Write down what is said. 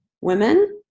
women